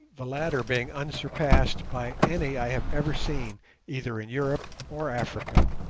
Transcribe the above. the latter being unsurpassed by any i have ever seen either in europe or africa.